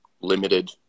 limited